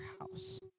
house